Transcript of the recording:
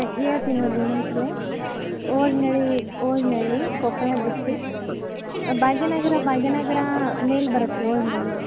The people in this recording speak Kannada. ಹೇಳ್ತಿನ್ ನೋಡಿರಿ ಇನ್ನೊಂದು ಸಲ ಓಜನಳ್ಳಿ ಓಜನಳ್ಳಿ ಕೊಪ್ಪಳ ಡಿಸ್ಟಿಕ್ ಭಾಗ್ಯನಗರ ಭಾಗ್ಯನಗರ ಮೇಲೆ ಬರತ್ತೆ ರೀ ಓಜನಳ್ಳಿ